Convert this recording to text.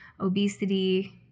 obesity